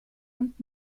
und